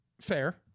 Fair